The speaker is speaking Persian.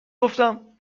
گفتم